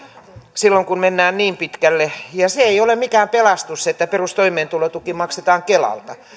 silloin kun mennään niin pitkälle ja se ei ole mikään pelastus että perustoimeentulotuki maksetaan kelalta